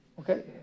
Okay